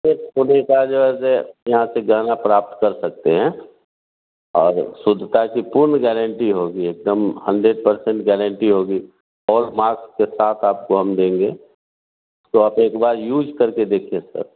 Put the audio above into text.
sir शुद्धता जैसे यहाँ से ज्ञान आप प्राप्त कर सकते हैं और शुद्धता की पूर्ण गेरंटी होगी एकदम हंड्रेड पर्सेन्ट गेरंटी होगी हॉलमार्क के साथ आपको हम देंगे तो आप एक बार यूज करके देखिए सर